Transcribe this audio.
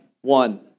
One